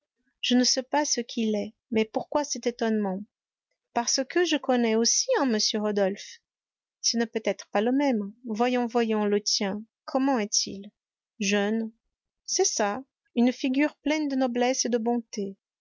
je ne sais pas ce qu'il est mais pourquoi cet étonnement parce que je connais aussi un m rodolphe ce n'est peut-être pas le même voyons voyons le tien comment est-il jeune c'est ça une figure pleine de noblesse et de bonté